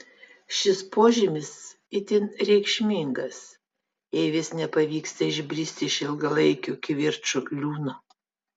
šis požymis itin reikšmingas jei vis nepavyksta išbristi iš ilgalaikių kivirčų liūno